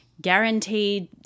guaranteed